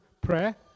prayer